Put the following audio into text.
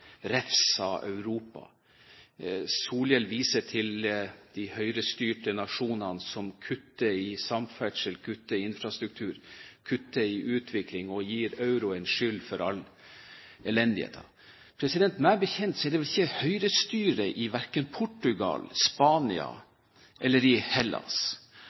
Europa. Solhjell viser til de høyrestyrte nasjonene som kutter i samferdsel, kutter i infrastruktur, kutter i utvikling og gir euroen skyld for all elendigheten. Meg bekjent er det ikke høyrestyre verken i Portugal, i Spania eller i Hellas,